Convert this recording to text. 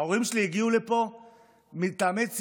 וההורים שלי הגיעו לפה מטעמי ציונות,